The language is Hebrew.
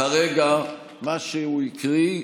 כרגע מה שהוא הקריא,